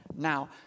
Now